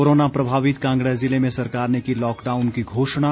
corona प्रभावित कांगड़ा ज़िले में सरकार ने की लॉकडाउन की घोषणा